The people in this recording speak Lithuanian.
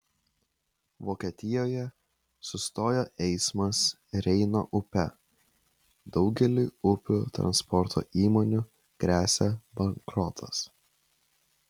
vokietijoje sustojo eismas reino upe daugeliui upių transporto įmonių gresia bankrotas